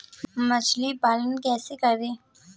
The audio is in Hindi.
मछली पालन कैसे करें?